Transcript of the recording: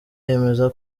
yemeza